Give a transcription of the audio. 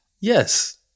Yes